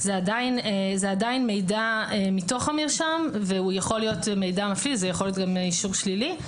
זה עדיין מידע מתוך המרשם וזה יכול להיות גם אישור שלילי.